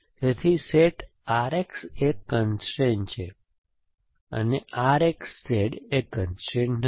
તેથી set RXY એ constrain છે તેથી RXZ એ કન્સ્ટ્રેઇન નથી